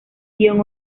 guión